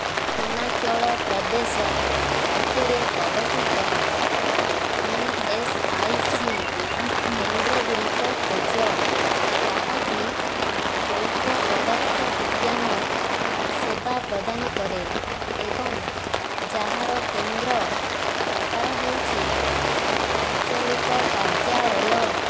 ହିମାଚଳ ପ୍ରଦେଶ ରାଜ୍ୟରେ ଅବସ୍ଥିତ E S I C କେନ୍ଦ୍ରଗୁଡ଼ିକ ଖୋଜ ଯାହାକି ଜୈବ ପଦାର୍ଥ ବିଜ୍ଞାନ ସେବା ପ୍ରଦାନ କରେ ଏବଂ ଯାହାର କେନ୍ଦ୍ର ପ୍ରକାର ହେଉଛି ଆଞ୍ଚଳିକ କାର୍ଯ୍ୟାଳୟ